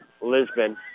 Lisbon